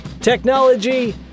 technology